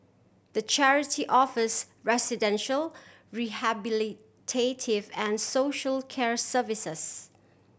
the charity offers residential rehabilitative and social care services